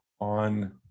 on